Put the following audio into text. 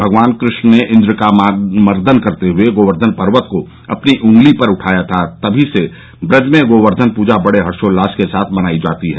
भगवान क्रष्ण ने इन्द्र का मान मर्दन करते हए गोवेर्धन पर्वत को अपनी ऊँगली पर उठाया था तभी से ब्रज मे गोवेर्धन पूजा बड़े हर्षौल्लास के साथ मनाई जाती है